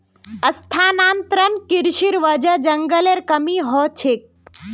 स्थानांतरण कृशिर वजह जंगलेर कमी ह छेक